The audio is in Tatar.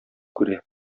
күрә